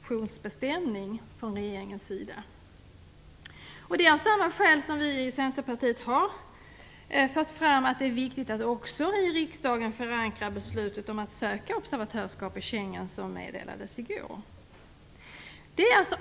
positionsbestämning från regeringens sida. Centerpartiet har av samma skäl fört fram att det är viktigt att också i riksdagen förankra beslutet om att söka observatörsskap i Schengensamarbetet, som meddelades i går.